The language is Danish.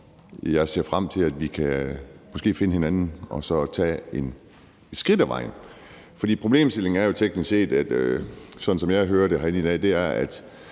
Jeg ser frem til, at vi måske kan finde hinanden og så tage et skridt ad vejen. For problemstillingen er jo teknisk set,